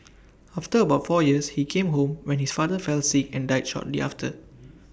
after about four years he came home when his father fell sick and died shortly after